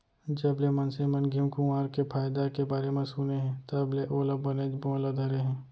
जबले मनसे मन घींव कुंवार के फायदा के बारे म सुने हें तब ले ओला बनेच बोए ल धरे हें